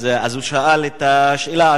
אז הוא שאל את השאלה.